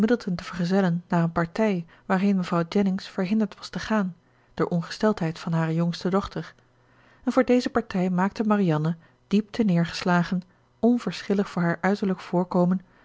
vergezellen naar eene partij waarheen mevrouw jennings verhinderd was te gaan door ongesteldheid van hare jongste dochter en voor deze partij maakte marianne diep terneergeslagen onverschillig voor haar uiterlijk voorkomen